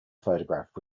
photograph